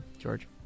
George